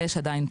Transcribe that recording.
יש עדיין פער.